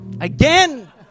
Again